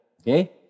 Okay